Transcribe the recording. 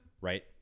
right